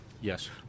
Yes